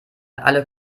alle